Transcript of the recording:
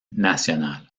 national